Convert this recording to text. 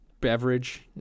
beverage